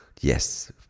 yes